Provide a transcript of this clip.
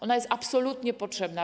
Ona jest absolutnie potrzebna.